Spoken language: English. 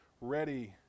ready